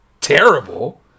terrible